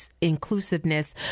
inclusiveness